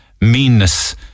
meanness